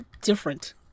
different